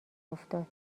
افتاد